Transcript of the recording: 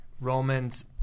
Roman's